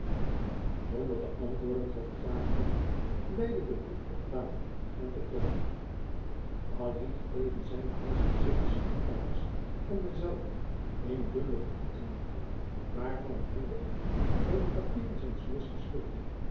zonder te antwoorden trad de graaf toe leide den brief op de tafel en vertrok alleen gebleven zijnde haastte zich de secretaris van denzelven eene dubbele kopij te maken waarvan hij de eene bij de papieren zijns meesters